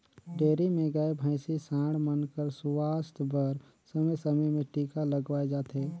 dairy में गाय, भइसी, सांड मन कर सुवास्थ बर समे समे में टीका लगवाए जाथे